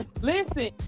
Listen